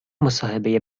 مصاحبه